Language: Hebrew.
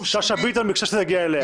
שאשא ביטון ביקשה שזה יגיע אליה.